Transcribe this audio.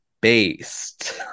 based